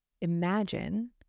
imagine